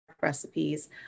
recipes